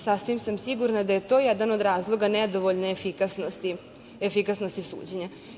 Sasvim sam sigurna da je to jedan od razloga, nedovoljne efikasnosti suđenja.